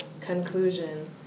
Conclusion